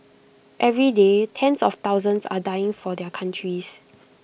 every day tens of thousands are dying for their countries